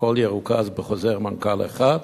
הכול ירוכז בחוזר מנכ"ל אחד,